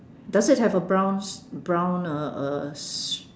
does it have a brown brown uh uh